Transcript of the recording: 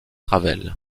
ravel